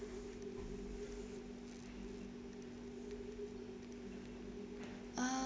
um